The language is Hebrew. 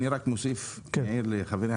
אני רק מעיר לחברי.